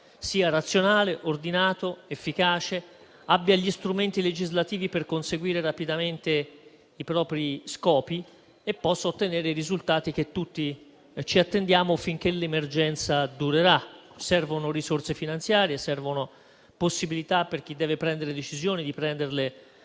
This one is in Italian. sia razionale, ordinato, efficace e che abbia gli strumenti legislativi per conseguire rapidamente i propri scopi e possa ottenere i risultati che tutti ci attendiamo finché l'emergenza durerà. Servono risorse finanziarie e possibilità, per chi deve prendere decisioni, di prenderle